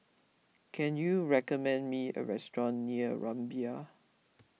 can you recommend me a restaurant near Rumbia